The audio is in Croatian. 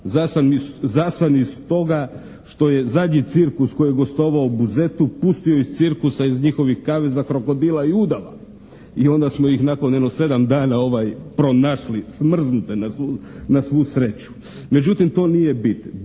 za sam i stoga što je zadnji cirkus koji je gostovao u Buzetu pustio iz cirkusa iz njihovih kaveza krokodila i udava i onda smo ih nakon jedno 7 dana pronašli smrznute na svu sreću. Međutim to nije bit.